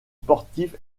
sportifs